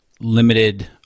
limited